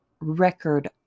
record